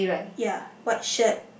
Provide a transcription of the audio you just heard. ya white shirt